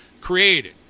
created